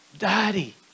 Daddy